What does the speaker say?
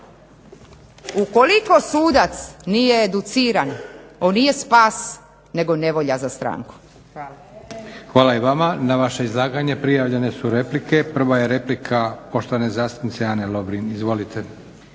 Ukoliko sudac nije educiran oni nije spas nego nevolja za stranku. Hvala. **Leko, Josip (SDP)** Hvala i vama. Na vaše izlaganje prijavljene su replike, prva je replika poštovane zastupnice Ane Lovrin. Izvolite.